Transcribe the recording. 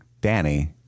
Danny